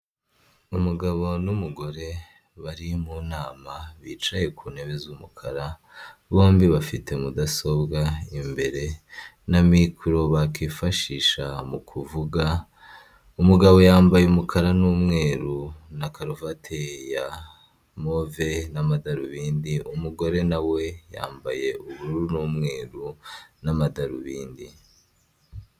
Umugabo n'umugore bari mu nama bicaye ku ntebe z'umukara bombi bafite mudasobwa imbere na mikoro bakifashisha mu kuvuga, umugabo yambaye umukara n'umweru na karuvate ya move n'amadarubindi, umugore nawe yambaye ubururu n'umweru n'amadarubindi.